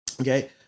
Okay